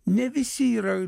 ne visi yra